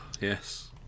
yes